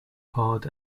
hard